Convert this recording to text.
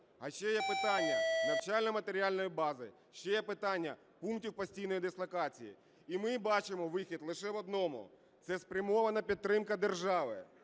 А ще є питання навчально-матеріальної бази, ще є питання пунктів постійної дислокації. І ми бачимо вихід лише в одному – це спрямована підтримка держави,